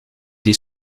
die